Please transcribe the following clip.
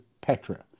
Petra